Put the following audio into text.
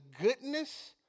goodness